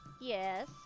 Yes